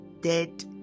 dead